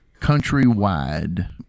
countrywide